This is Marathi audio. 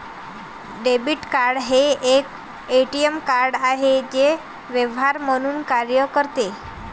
डेबिट कार्ड हे एक ए.टी.एम कार्ड आहे जे व्यवहार म्हणून कार्य करते